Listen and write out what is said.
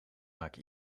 maak